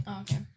okay